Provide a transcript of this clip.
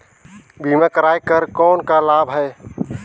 बीमा कराय कर कौन का लाभ है?